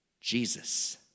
Jesus